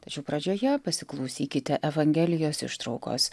tačiau pradžioje pasiklausykite evangelijos ištraukos